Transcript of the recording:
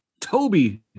toby